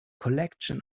collection